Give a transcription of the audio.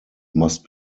must